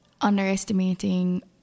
underestimating